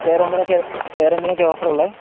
വേറെ എന്തിനൊക്കായാണ് വേറെ എന്തിനൊക്കായാണ് ഓഫർ ഉള്ളത്